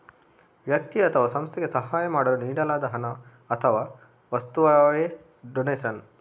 ವ್ಯಕ್ತಿ ಅಥವಾ ಸಂಸ್ಥೆಗೆ ಸಹಾಯ ಮಾಡಲು ನೀಡಲಾದ ಹಣ ಅಥವಾ ವಸ್ತುವವೇ ಡೊನೇಷನ್